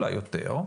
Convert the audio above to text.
אולי יותר,